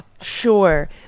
Sure